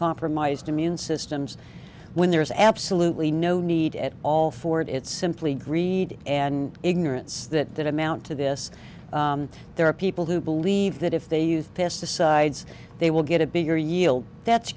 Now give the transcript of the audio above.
compromised immune systems when there is absolutely no need at all for it it's simply greed and ignorance that that amount to this there are people who believe that if they use pesticides they will get a bigger yield that's